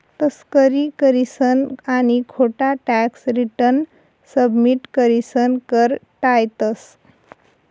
तस्करी करीसन आणि खोटा टॅक्स रिटर्न सबमिट करीसन कर टायतंस